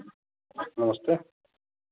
नमस्ते